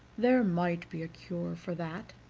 there might be a cure for that,